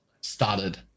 started